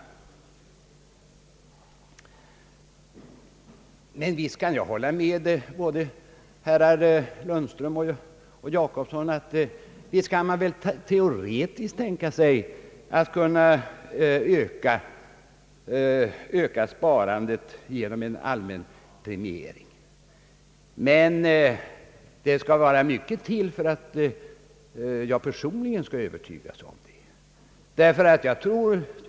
Men visst kan jag hålla med både herr Lundström och herr Jacobsson om att man teoretiskt kan tänka sig att öka sparandet genom en allmän premiering. Det vill dock mycket till för att jag personligen skall kunna övertygas om det.